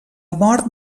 mort